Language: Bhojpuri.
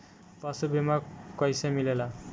पशु बीमा कैसे मिलेला?